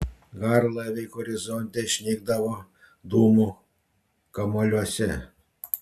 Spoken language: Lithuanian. garlaiviai horizonte išnykdavo dūmų kamuoliuose